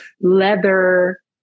leather